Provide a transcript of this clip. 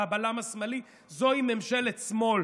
אני הבלם השמאלי, זוהי ממשלת שמאל.